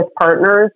partners